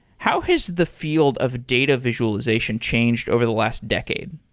how has the field of data visualization changed over the last decade?